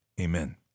amen